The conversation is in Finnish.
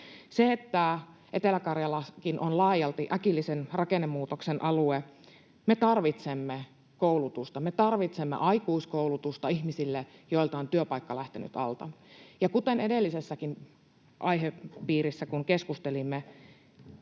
pois. Etelä-Karjalakin on laajalti äkillisen rakennemuutoksen alue. Me tarvitsemme koulutusta, me tarvitsemme aikuiskoulutusta ihmisille, joilta on työpaikka lähtenyt alta. Kuten edellisessäkin aihepiirissä, josta keskustelimme,